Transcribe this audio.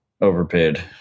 overpaid